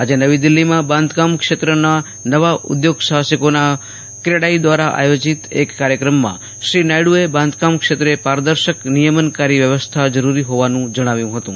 આજે નવી દિલ્હીમાં બાધકામ ક્ષેત્રમાં નવા ઉદ્યોગસાહસિકીના ક્રેડાઇ દ્વારા આયોજીત એક કાર્યક્રમમાં શ્રી નાયડુએ બાંધકામ ક્ષેત્રે પારદર્શક નિયમનકારી વ્યવસ્થા જરૂરી હોવાનું જણાવ્યું હતું